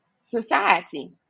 society